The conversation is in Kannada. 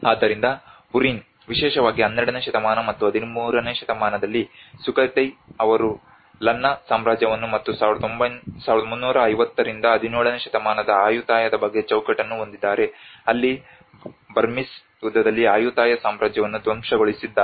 ಆದ್ದರಿಂದ ಬುರಿನ್ ವಿಶೇಷವಾಗಿ 12 ನೇ ಶತಮಾನ ಅಥವಾ 13 ನೇ ಶತಮಾನದಲ್ಲಿ ಸುಖೋಥೈ ಅವರು ಲನ್ನಾ ಸಾಮ್ರಾಜ್ಯವನ್ನು ಮತ್ತು 1350 ರಿಂದ 17 ನೇ ಶತಮಾನದ ಆಯುಥಾಯದ ಬಗ್ಗೆ ಚೌಕಟ್ಟನ್ನು ಹೊಂದಿದ್ದಾರೆ ಅಲ್ಲಿ ಬರ್ಮೀಸ್ ಯುದ್ಧದಲ್ಲಿ ಆಯುಥಾಯ ಸಾಮ್ರಾಜ್ಯವನ್ನು ಧ್ವಂಸಗೊಳಿಸಿದ್ದಾರೆ